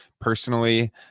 personally